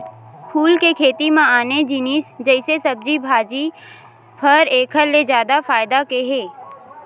फूल के खेती म आने जिनिस जइसे सब्जी भाजी, फर एखर ले जादा फायदा के हे